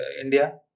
India